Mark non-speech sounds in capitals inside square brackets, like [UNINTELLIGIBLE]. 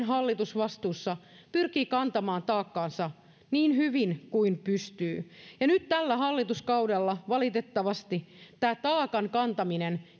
[UNINTELLIGIBLE] hallitusvastuussa pyrkii kantamaan taakkaansa niin hyvin kuin pystyy nyt tällä hallituskaudella valitettavasti tämä taakankantaminen